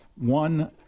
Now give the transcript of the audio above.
one